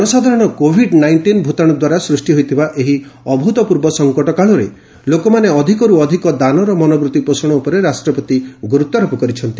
ଜନସାଧାରଣ Covid nineteen ଭୂତାଣୁଦ୍ୱାରା ସୃଷ୍ଟି ହୋଇଥିବା ଏହି ଅଭ୍ତପୂର୍ବ ସଙ୍କଟ କାଳରେ ଲୋକମାନେ ଅଧିକରୁ ଅଧିକ ଦାନର ମନୋବୂତ୍ତି ପୋଷଣ ଉପରେ ରାଷ୍ଟ୍ରପତି ଗୁରୁତ୍ୱାରୋପ କରିଛନ୍ତି